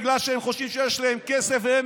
בגלל שהם חושבים שיש להם כסף והם